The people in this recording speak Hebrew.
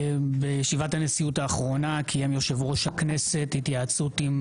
בישיבת הנשיאות האחרונה קיים יושב-ראש הכנסת התייעצות עם